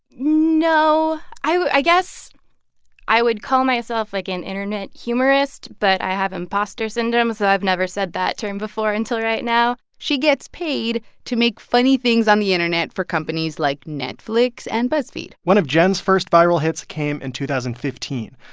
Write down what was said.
no. i guess i would call myself, like, an internet humorist. but i have imposter syndrome, so i've never said that term before until right now she gets paid to make funny things on the internet for companies like netflix and buzzfeed one of jen's first viral hits came in two thousand and fifteen.